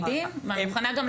לדבריהם.